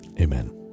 Amen